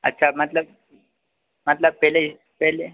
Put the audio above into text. अच्छा मतलब मतलब पहले पहले